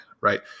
right